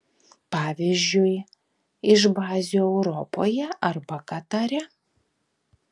pavyzdžiui iš bazių europoje arba katare